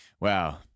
Wow